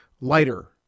lighter